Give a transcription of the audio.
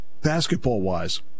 basketball-wise